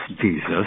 Jesus